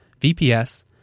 VPS